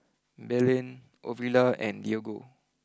Belen Ovila and Diego